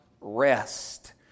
rest